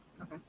Okay